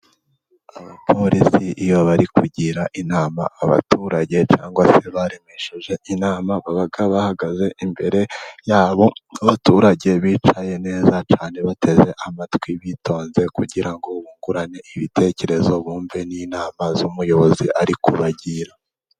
Abaporisi iyo bari kugira inama abaturage, cyangwa se baremesheje inama, baba bahagaze imbere yabo. Abaturage bicaye neza cyane, bateze amatwi bitonze, kugira ngo bungurane ibitekerezo, bumve n'inama z'umuyobozi ari kubagira.